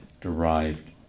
derived